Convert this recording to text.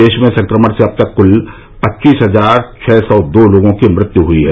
देश में संक्रमण से अब तक कुल पच्चीस हजार छः सौ दो लोगों की मृत्यु हुई है